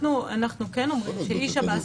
אנחנו כן אומרים שאיש שב"ס,